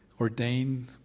ordained